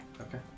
Okay